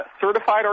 certified